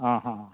आं हां